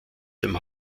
dem